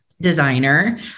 designer